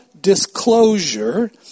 disclosure